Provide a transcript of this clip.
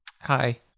Hi